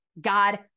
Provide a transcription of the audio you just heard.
God